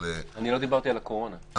לא דיברתי על הקורונה.